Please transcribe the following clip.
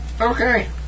Okay